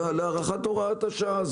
להארכת השעה.